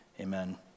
Amen